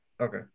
Okay